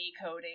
coding